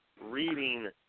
reading